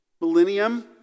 millennium